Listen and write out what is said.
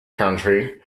country